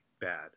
bad